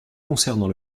concernant